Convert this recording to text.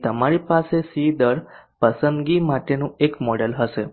તેથી તમારી પાસે C દર પસંદગી માટેનું એક મોડેલ હશે